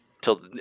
till